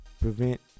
prevent